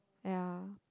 ya